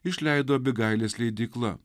išleido abigailės leidykla